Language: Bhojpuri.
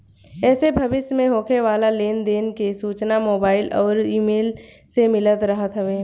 एसे भविष्य में होखे वाला लेन देन के सूचना मोबाईल अउरी इमेल से मिलत रहत हवे